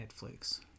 Netflix